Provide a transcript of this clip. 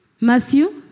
Matthew